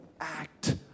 act